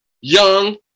Young